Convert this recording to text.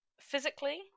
Physically